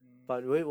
mm